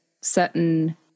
certain